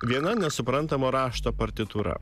viena nesuprantamo rašto partitūra